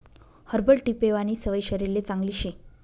herbal tea पेवानी सवय शरीरले चांगली शे